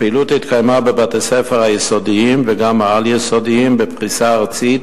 הפעילות התקיימה בבתי-ספר היסודיים וגם העל-יסודיים בפריסה ארצית